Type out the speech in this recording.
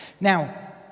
Now